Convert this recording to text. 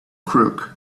crook